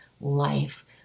life